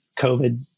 COVID